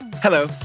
Hello